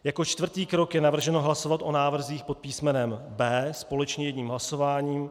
Jako čtvrtý krok je navrženo hlasovat o návrzích pod písmenem B společně jedním hlasováním.